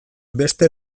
beste